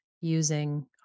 using